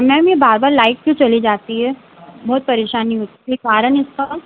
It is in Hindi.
मैम यह बार बार लाइट क्यों चली जाती है बहुत परेशानी होती है कोई कारण इसका